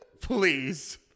Please